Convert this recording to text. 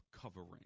covering